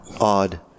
odd